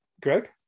Greg